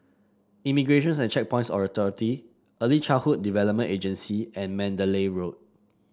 Immigration and Checkpoints Authority Early Childhood Development Agency and Mandalay Road